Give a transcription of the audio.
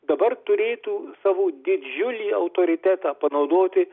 dabar turėtų savo didžiulį autoritetą panaudoti